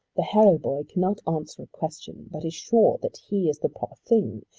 the harrow boy cannot answer a question, but is sure that he is the proper thing,